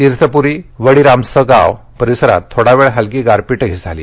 तीर्थपरी वडीरामसगाव परिसरात थोडा वेळ हलकी गारपीटही झाली